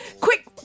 quick